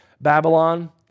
Babylon